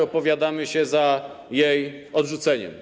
Opowiadamy się za jej odrzuceniem.